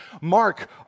mark